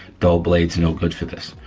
dull blades no good for this.